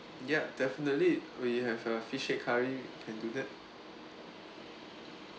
ya definitely we have a fish head curry can do that